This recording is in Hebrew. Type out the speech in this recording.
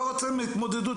לא רוצה להתמודד עם זה.